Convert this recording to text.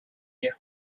you